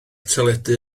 teledu